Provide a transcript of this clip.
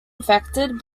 affected